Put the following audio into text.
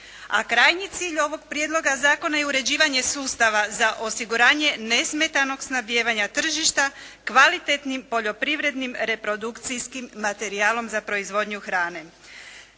A krajnji cilj ovog prijedloga zakona je uređivanje sustava za osiguranje nesmetanog snabdijevanja tržišta kvalitetnim poljoprivrednim reprodukcijskim materijalom za proizvodnju hrane.